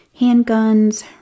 handguns